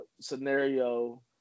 scenario